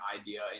idea